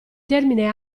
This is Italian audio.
termine